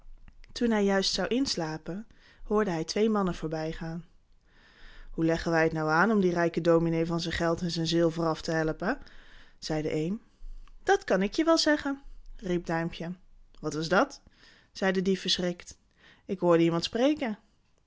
toen hij juist zou inslapen hoorde hij twee mannen voorbijgaan hoe leggen wij t nu aan om dien rijken dominé van zijn geld en zijn zilver af te helpen zei de een dat kan ik je wel zeggen riep duimpje wat was dat zei de dief verschrikt ik hoorde iemand spreken